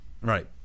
Right